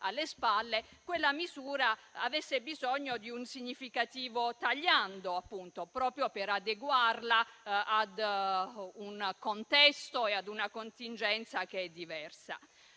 quella misura avesse bisogno di un significativo tagliando, proprio per adeguarla ad un contesto e ad una contingenza che è diversa.